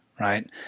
right